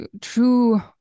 true